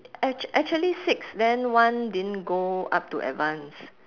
ac~ actually six then one didn't go up to advanced